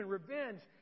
revenge